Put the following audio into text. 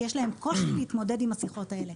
כי יש להם קושי להתמודד עם השיחות האלה.